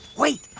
wait.